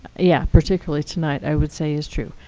yeah, particularly tonight, i would say is true.